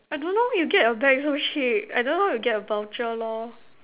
I don't know where you get your bag so cheap I don't know how you get your voucher lor